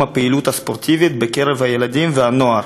הפעילות הספורטיבית בקרב הילדים והנוער.